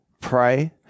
pray